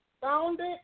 founded